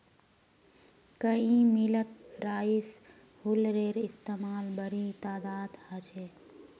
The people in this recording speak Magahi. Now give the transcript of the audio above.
कई मिलत राइस हुलरेर इस्तेमाल बड़ी तदादत ह छे